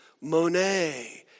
Monet